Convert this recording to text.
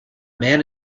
man